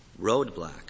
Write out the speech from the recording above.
roadblock